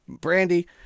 Brandy